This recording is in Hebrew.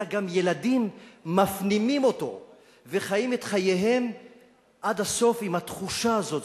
אלא גם ילדים מפנימים אותו וחיים את חייהם עד הסוף עם התחושה הזאת.